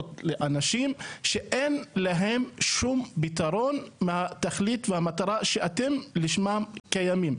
קנסות לאנשים שאין להם שום פתרון לתכלית והמטרה שלשמן אתם קיימים.